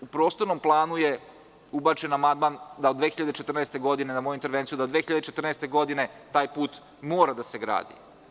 Po prostornom planu je ubačen amandman, na moju intervenciju, da do 2014. godine taj put mora da se gradi.